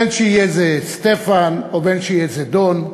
בין שיהיה זה סטפן, בין שיהיה זה דון,